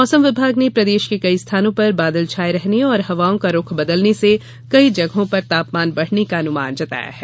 मौसम विभाग ने प्रदेश के कई स्थानों पर बादल छाये रहने और हवाओं का रुख बदलने से कई जगहों पर तापमान बढ़ने का अनुमान जताया है